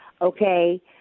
okay